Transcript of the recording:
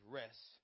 rest